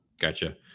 Gotcha